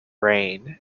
reign